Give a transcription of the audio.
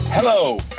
Hello